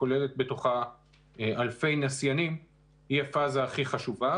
שכוללת בתוכה אלפי נסיינים היא הפאזה הכי חשובה,